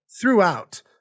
throughout